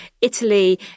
Italy